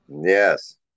Yes